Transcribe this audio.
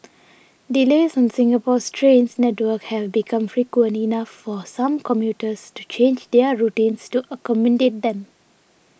delays on Singapore's train network have become frequent enough for some commuters to change their routines to accommodate them